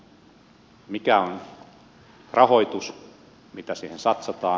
mikä on rahoitus mitä siihen satsataan